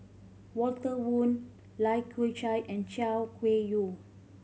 Walter Woon Lai Kew Chai and Chay Weng Yew